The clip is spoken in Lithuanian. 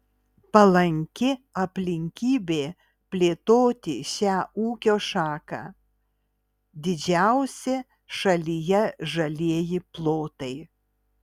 palanki aplinkybė plėtoti šią ūkio šaką didžiausi šalyje žalieji plotai